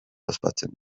ospatzen